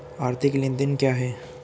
आर्थिक लेनदेन क्या है?